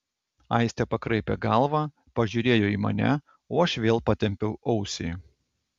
aistė pakraipė galvą pažiūrėjo į mane o aš vėl patempiau ausį